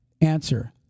Answer